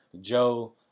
Joe